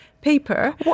paper